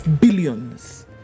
billions